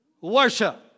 worship